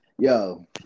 Yo